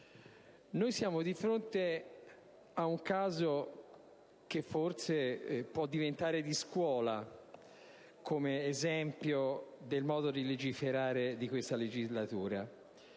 Siamo di fronte a un caso che forse può diventare di scuola come esempio del modo di legiferare di questa legislatura.